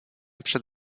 przed